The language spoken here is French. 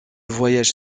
voyage